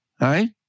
right